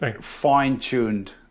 fine-tuned